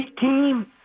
team